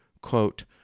quote